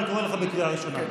אני קורא אותך בקריאה ראשונה.